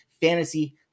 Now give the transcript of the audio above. fantasy